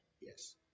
Yes